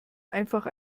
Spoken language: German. einfach